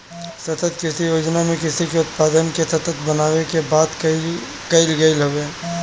सतत कृषि योजना में कृषि के उत्पादन के सतत बनावे के बात कईल गईल हवे